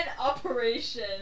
operation